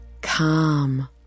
Calm